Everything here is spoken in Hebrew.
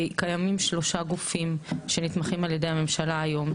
קיימים שלושה גופים שנתמכים ע"י הממשלה היום,